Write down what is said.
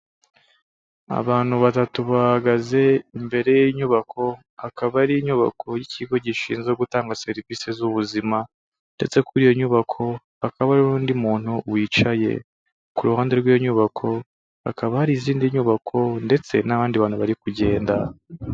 Abantu batatu bahagaze imbere y'inyubako, akaba ari inyubako y'ikigo gishinzwe gutanga serivisi z'ubuzima ndetse kuri iyo nyubako hakaba hariho undi muntu wicaye, ku ruhande rw'iyo nyubako hakaba hari hari izindi nyubako ndetse n'abandi bantu bari kugenda.